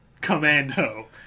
Commando